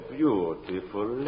beautiful